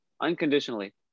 unconditionally